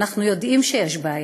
ואנחנו יודעים שיש בעיה.